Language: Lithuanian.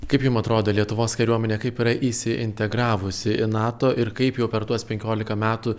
kaip jum atrodo lietuvos kariuomenė kaip yra įsiintegravusi į nato ir kaip jau per tuos penkiolika metų